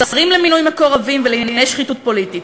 שרים למינוי מקורבים ולענייני שחיתות פוליטית.